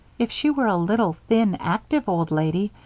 if she were a little, thin, active old lady,